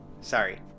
Sorry